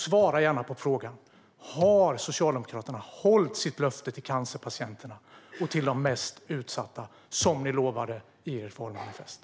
Svara gärna på frågan: Har Socialdemokraterna hållit sitt löfte till cancerpatienterna och till de mest utsatta som ni lovade i ert valmanifest?